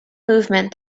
movement